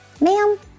Ma'am